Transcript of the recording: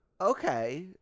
Okay